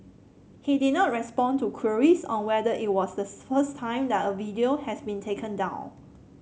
he did not respond to queries on whether it was the first time that a video has been taken down